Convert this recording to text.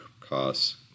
costs